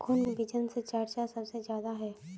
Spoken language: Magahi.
कौन बिचन के चर्चा सबसे ज्यादा है?